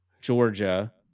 Georgia